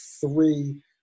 three